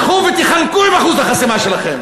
תלכו ותיחנקו עם אחוז החסימה שלכם.